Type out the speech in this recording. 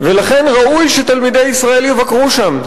ולכן ראוי שתלמידי ישראל יבקרו שם.